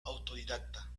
autodidacta